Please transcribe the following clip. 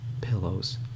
pillows